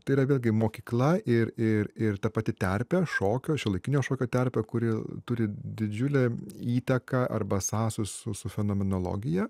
tai yra vėlgi mokykla ir ir ir ta pati terpė šokio šiuolaikinio šokio terpė kuri turi didžiulę įtaką arba sąsaja su su fenomenologija